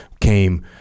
came